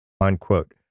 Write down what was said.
unquote